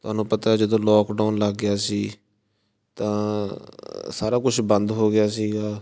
ਤੁਹਾਨੂੰ ਪਤਾ ਜਦੋਂ ਲੋਕਡਾਊਨ ਲੱਗ ਗਿਆ ਸੀ ਤਾਂ ਸਾਰਾ ਕੁਛ ਬੰਦ ਹੋ ਗਿਆ ਸੀਗਾ